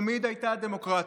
תמיד הייתה דמוקרטית,